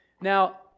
Now